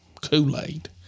Kool-Aid